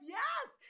yes